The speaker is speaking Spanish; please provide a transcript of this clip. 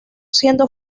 siendo